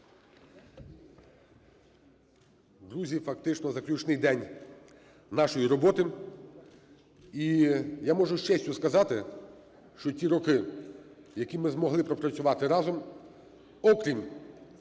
Друзі, фактично заключний день нашої роботи, і я можу з честю сказати, що ці роки, які ми змогли пропрацювати разом, окрім